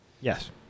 Yes